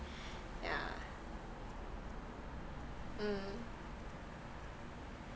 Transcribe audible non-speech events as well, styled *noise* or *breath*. *breath* yeah mm